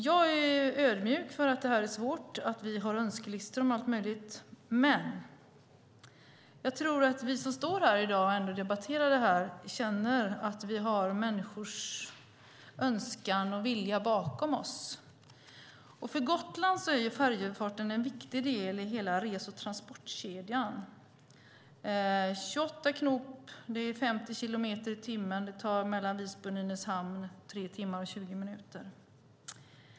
Jag är ödmjuk inför att detta är svårt och att vi har önskelistor om allt möjligt, men jag tror att vi som står här i dag och debatterar detta ändå känner att vi har människors önskan och vilja bakom oss. För Gotland är färjeöverfarten en viktig del i hela rese och transportkedjan. Med 28 knop, vilket är 50 kilometer i timmen, tar det 3 timmar och 20 minuter mellan Visby och Nynäshamn.